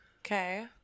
Okay